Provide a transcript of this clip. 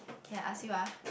K I ask you ah